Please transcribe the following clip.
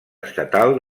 estatal